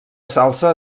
salsa